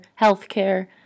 healthcare